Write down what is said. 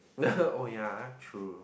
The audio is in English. oh ya true